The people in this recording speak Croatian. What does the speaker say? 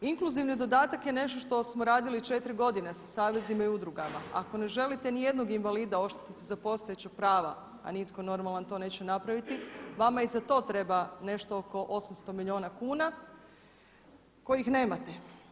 Inkluzivni dodatak je nešto što smo radili 4 godine sa savezima i udrugama, ako ne želite ni jednog invalida oštetiti za postojeća prava a nitko normalan to neće napraviti vama i za to treba nešto oko 800 milijuna kuna kojih nemate.